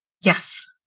Yes